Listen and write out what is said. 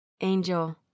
Angel